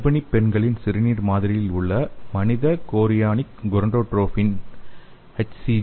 கர்ப்பிணிப் பெண்களின் சிறுநீர் மாதிரியில் மனித கோரியானிக் கோனாடோட்ரோபின் எச்